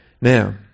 Now